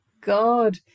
God